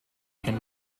can